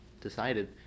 decided